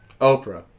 Oprah